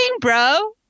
bro